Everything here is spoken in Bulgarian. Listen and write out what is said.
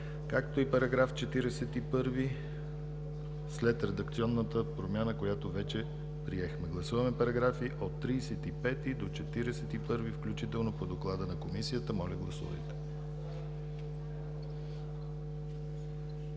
както и § 41 след редакционната промяна, която вече приехме. Гласуваме параграфи от 35 до 41 включително по Доклада на Комисията. Гласували